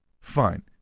Fine